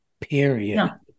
period